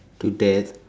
to death